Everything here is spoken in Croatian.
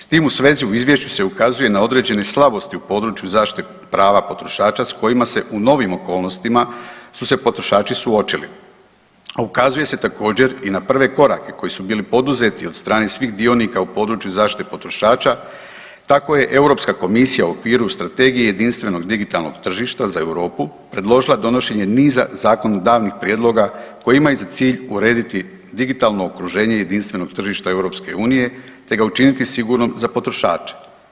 S tim u svezi, u Izvješću se ukazuje na određene slabosti u području zaštite prava potrošača s kojima se u novim okolnostima su se potrošači suočili, a ukazuje se također i na prve korake koji su bili poduzeti od strane svih dionika u području zaštite potrošača, tako je EU komisija u okviru Strategije jedinstvenog digitalnog tržišta za Europu predložila donošenje niza zakonodavnih prijedloga koji imaju za cilj urediti digitalno okruženje jedinstvenog tržišta EU te ga učiniti sigurnom za potrošače.